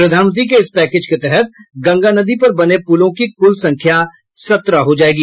प्रधानमंत्री के इस पैकेज के तहत गंगा नदी पर बने पुलों की कुल संख्या सत्रह हो जाएगी